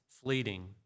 fleeting